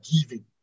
giving